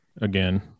again